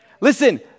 Listen